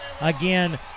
again